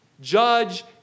judge